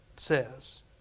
says